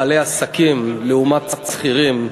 בעלי עסקים לעומת שכירים,